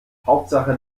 hauptsache